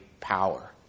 power